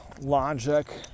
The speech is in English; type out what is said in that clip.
logic